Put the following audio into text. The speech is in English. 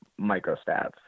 microstats